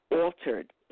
altered